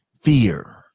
fear